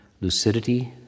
lucidity